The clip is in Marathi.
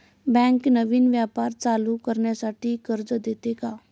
बँक नवीन व्यापार चालू करण्यासाठी कर्ज देते का?